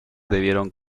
debieron